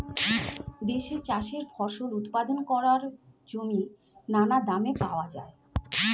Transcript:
দেশে চাষের ফসল উৎপাদন করার জমি নানা দামে পাওয়া যায়